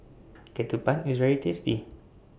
Ketupat IS very tasty